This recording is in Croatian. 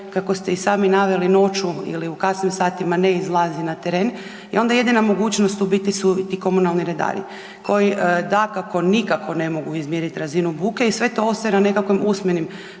kako ste i sami naveli noću ili u kasnim satima ne izlazi na teren i onda jedina mogućnost u biti su ti komunalni redari koji dakako nikako ne mogu izmjeriti razinu buke i sve to ostaje na nekakvim usmenim